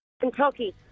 Kentucky